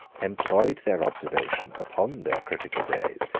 employed their observation upon their critical days,